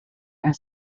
are